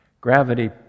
Gravity